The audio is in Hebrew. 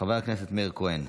חבר הכנסת מאיר כהן,